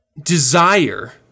Desire